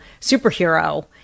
superhero